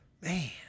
Man